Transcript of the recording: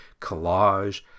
collage